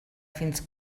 fins